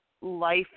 life